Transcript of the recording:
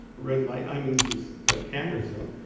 red light, i mean these cameras up.